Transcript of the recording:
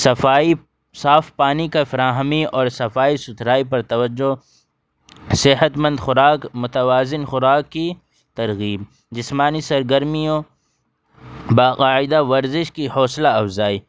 صفائی صاف پانی کا فراہمی اور صفائی ستھرائی پر توجہ صحتمند خوراک متوازن خوراک کی ترغیب جسمانی سرگرمیوں باقاعدہ ورزش کی حوصلہ افزائی